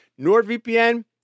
NordVPN